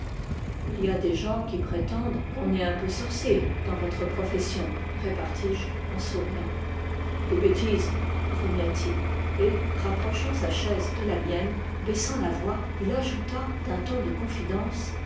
il y a des gens qui prétendent qu'on est un peu sorcier dans votre profession repartis-je en souriant des bêtises grogna-t-il et rapprochant sa chaise de la mienne baissant la voix il ajouta d'un ton de confidence